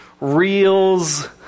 reels